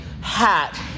hat